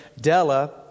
Della